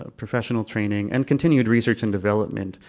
ah professional training, and continued research and development.